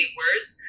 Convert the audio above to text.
worse